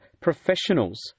professionals